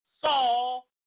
Saul